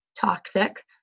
toxic